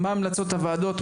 מה המלצות הוועדות?